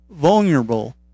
vulnerable